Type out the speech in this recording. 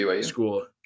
school